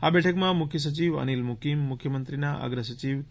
આ બેઠકમાં મુખ્ય સચિવ અનીલ મુકીમ મુખ્યમંત્રીના અગ્ર સચિવ કે